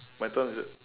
my turn is it